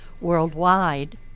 worldwide